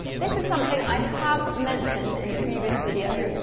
this is something i have mentioned in a previous video,